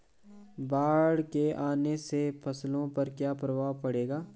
बाढ़ के आने से फसलों पर क्या प्रभाव पड़ेगा?